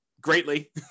greatly